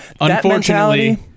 Unfortunately